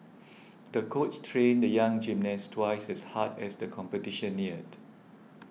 the coach trained the young gymnast twice as hard as the competition neared